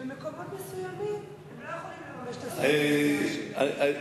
במקומות מסוימים הם לא יכולים לממש את זכות הדעה שלהם.